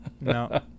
No